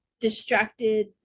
distracted